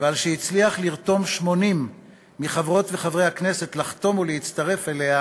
ועל שהצליח לרתום 80 מחברות וחברי הכנסת לחתום ולהצטרף אליה,